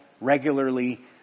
regularly